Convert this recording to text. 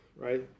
right